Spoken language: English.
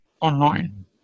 online